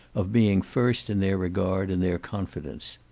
of being first in their regard and their confidence.